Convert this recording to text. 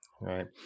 right